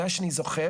ממה שאני זוכר,